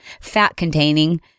fat-containing